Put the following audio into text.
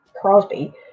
Crosby